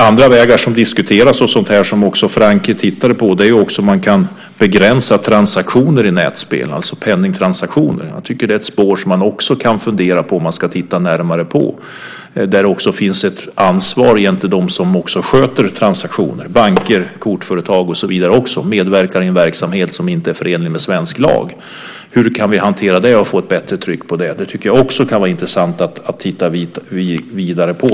Andra vägar som diskuteras, och som också Francke tittat på, är om man kan begränsa penningtransaktioner i nätspel. Jag tycker att det är ett spår som man också kan fundera på om man ska titta närmare på. Det finns också ett ansvar när det gäller de som sköter transaktioner - banker, kortföretag och så vidare - om de medverkar i en verksamhet som inte är förenlig med svensk lag. Hur kan vi hantera det och få ett bättre tryck på det? Det tycker jag också kan vara intressant att titta vidare på.